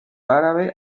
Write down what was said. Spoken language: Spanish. árabe